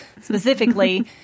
specifically